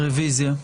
רביזיה.